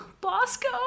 Bosco